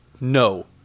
No